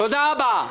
תודה רבה.